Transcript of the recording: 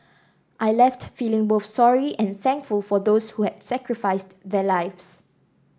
I left feeling both sorry and thankful for those who had sacrificed their lives